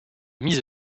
mise